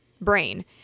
brain